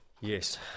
yes